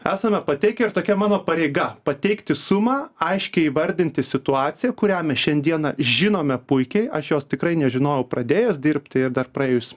esame pateikę ir tokia mano pareiga pateikti sumą aiškiai įvardinti situaciją kurią mes šiandieną žinome puikiai aš jos tikrai nežinojau pradėjęs dirbti ir dar praėjus